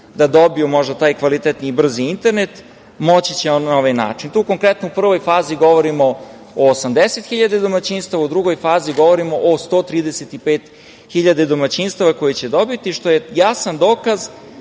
da dobiju taj kvalitetni i brzi internet, moći će na ovaj način. Tu konkretno u prvoj fazi govorimo o osamdeset hiljada domaćinstava, u drugoj fazi govorimo o 135 hiljada domaćinstava koje će dobiti, što je jasan dokaz